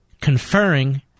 conferring